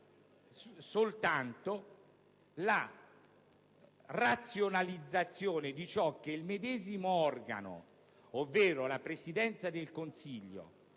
soltanto la razionalizzazione di ciò che il medesimo organo, ovvero la Presidenza del Consiglio,